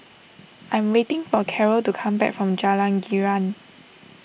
I'm waiting for Carole to come back from Jalan Girang